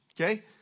okay